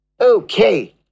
Okay